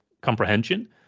comprehension